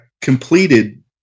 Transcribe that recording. completed